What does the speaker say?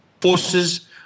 forces